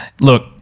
look